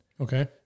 okay